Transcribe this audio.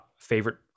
favorite